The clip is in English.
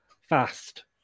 fast